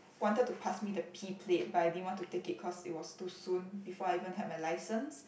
wanted to pass me the P plate but I didn't want to take it cause it was too soon before I even had my license